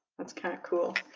that's kind of cool.